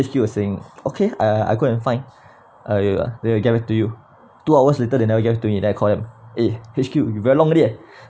H_Q was saying okay I I I go and find uh you then we'll get back to you two hours later they never get back to me then I call them eh H_Q you very long already eh